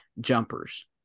jumpers